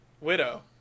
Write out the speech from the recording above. widow